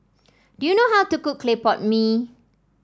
do you know how to cook Clay Pot Mee